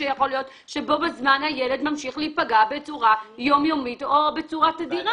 שיכול להיות שבו בזמן הילד ממשיך להיפגע בצורה יומיומית או בצורה תדירה.